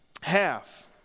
half